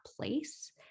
place